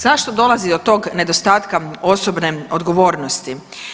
Zašto dolazi do tog nedostatka osobne odgovornosti?